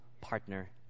partner